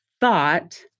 thought